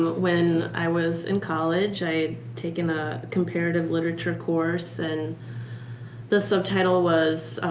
when i was in college i'd taken a comparative literature course. and the subtitle was